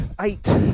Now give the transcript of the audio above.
Eight